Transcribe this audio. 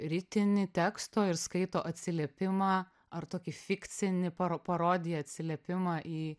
ritinį teksto ir skaito atsiliepimą ar tokį fikcinį paro parodiją atsiliepimą į